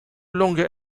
longer